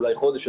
אולי חודש.